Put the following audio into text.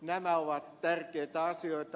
nämä ovat tärkeitä asioita